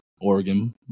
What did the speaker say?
Oregon